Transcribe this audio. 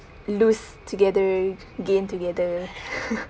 lose together gain together